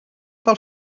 pel